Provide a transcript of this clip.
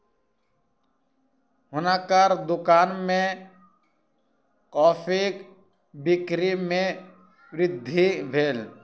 हुनकर दुकान में कॉफ़ीक बिक्री में वृद्धि भेल